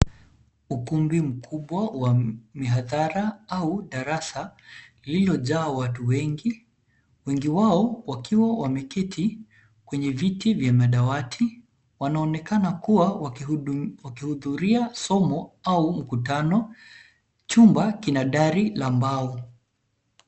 Ukumbi mkubwa wa mihadhara au darasa lililojaa watu wengi . Wengi wao wakiwa wameketi kwenye viti vya madawati. Wanaonekana kuwa wakihudhuria somo au mkutano. Chumba kina dari la mbao.